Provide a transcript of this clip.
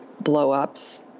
blow-ups